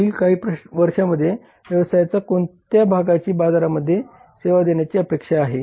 पुढील काही वर्षांमध्ये व्यवसायाचा कोणत्या भागाची बाजारामध्ये सेवा देण्याची अपेक्षा आहे